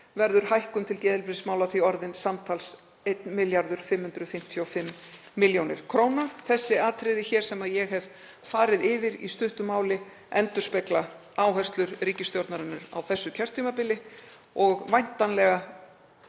verður hækkun til geðheilbrigðismála því orðin samtals 1.555 millj. kr. Þau atriði sem ég hef farið hér yfir í stuttu máli endurspegla áherslur ríkisstjórnarinnar á þessu kjörtímabili og væntanlega